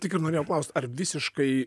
tik ir norėjau klaust ar visiškai